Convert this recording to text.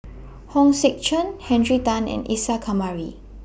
Hong Sek Chern Henry Tan and Isa Kamari